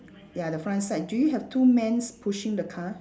ya the front side do you have two man's pushing the car